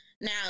now